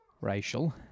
Racial